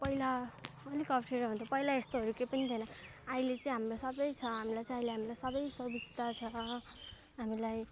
पहिला अलिक अप्ठ्यारो हुन्थ्यो पहिला यस्तोहरू केही थिएन अहिले चाहिँ हाम्रो सबै छ हामीलाई चाहिँ अहिले हामीलाई सबै सुबिस्ता छ हामीलाई